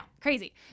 Crazy